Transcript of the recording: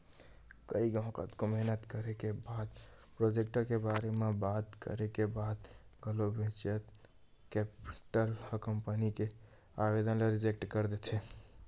कई घांव कतको मेहनत करे के बाद प्रोजेक्ट के बारे म बात करे के बाद घलो वेंचर कैपिटल ह कंपनी के आबेदन ल रिजेक्ट कर देथे